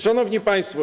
Szanowni Państwo!